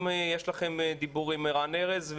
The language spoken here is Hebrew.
האם יש לכם דיבור עם רן ארז?